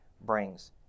brings